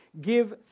give